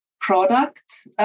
product